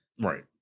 Right